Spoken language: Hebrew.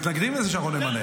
אתם מתנגדים לזה שאנחנו נמנה.